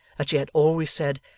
that she had always said,